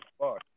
Fuck